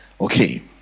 Okay